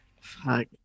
Fuck